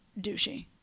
douchey